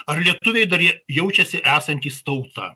ar lietuviai dar jaučiasi esantys tauta